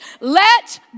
Let